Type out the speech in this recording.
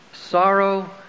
sorrow